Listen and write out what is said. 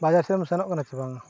ᱵᱟᱡᱟᱨ ᱥᱮᱱᱮᱢ ᱥᱮᱱᱚᱜ ᱠᱟᱱᱟ ᱥᱮ ᱵᱟᱝᱼᱟ